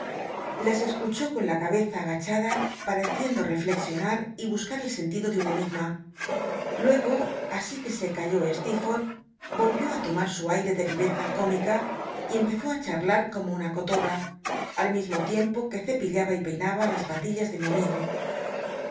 las escuchó con la cabeza agachada pareciendo reflexionar y busca r el sentido de un enigma luego asi que se calló stcel'l'orlh yoiyió ti tomar su aire ele viyeza cómica y empezó á charlar como una cotorra al mismo tiempo que cepillaba y peinaba las patillas de mi amigo